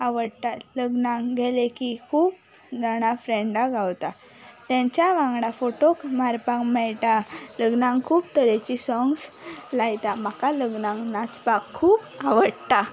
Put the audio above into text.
आवडटा लग्नाक गेले की खूब जाणा फ्रँडा गावता तेंच्या वांगडा फोटो मारपाक मेळटा लग्नाक खूब तरेचीं सॉंग्स लायता म्हाका लग्नाक नाचपाक खूब आवडटा